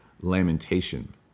lamentation